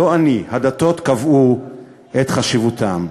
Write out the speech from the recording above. לא אני, הדתות קבעו את חשיבותם,